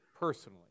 personally